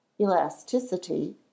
elasticity